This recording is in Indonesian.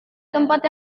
tempat